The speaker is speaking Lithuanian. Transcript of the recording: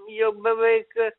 jau beveik